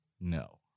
no